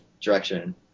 direction